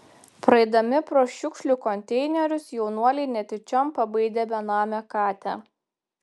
praeidami pro šiukšlių konteinerius jaunuoliai netyčiom pabaidė benamę katę